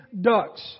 ducks